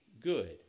good